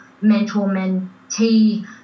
mentor-mentee